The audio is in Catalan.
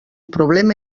problema